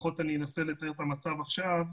לפחות אני אנסה לתאר את המצב עכשיו,